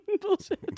Bullshit